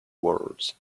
words